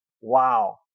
Wow